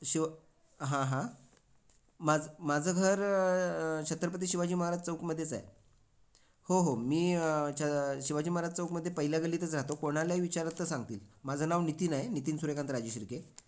शिव हां हां माज माझं घर छत्रपती शिवाजी महाराज चौकमध्येच आहे हो हो मी छ शिवाजी महाराज चौकमध्ये पहिल्या गल्लीतच राहातो कोणालाही विचारलं तर सांगतील माझं नाव नितीन आहे नितीन सूर्यकांत राजेशिर्के